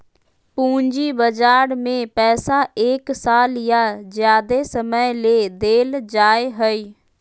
पूंजी बजार में पैसा एक साल या ज्यादे समय ले देल जाय हइ